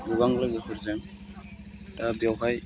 गोबां लोगोफोरजों दा बेयावहाय